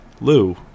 Lou